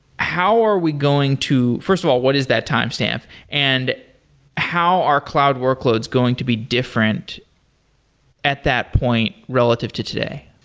how are we going to first of all, what is that timestamp, and how are cloud workloads going to be different at that point relative to today?